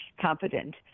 competent